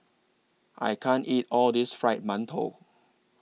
I can't eat All of This Fried mantou